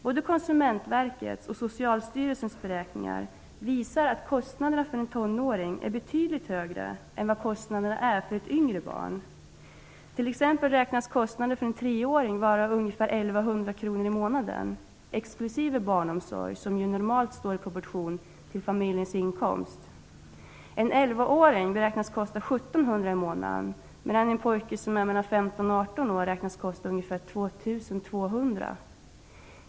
Både konsumentverkets och socialstyrelsens beräkningar visar att kostnaderna för en tonåring är betydligt högre än kostnaderna för yngre barn. Kostnaden för en treåring t.ex. beräknas till ungefär 1.100 kr i månaden, exklusive kostnaden för barnomsorg som ju normalt står i proportion till familjens inkomst. En 11-åring beräknas kosta 1.700 kr i månaden. En pojke som är mellan 15 och 18 år beräknas kosta 2.200 kr.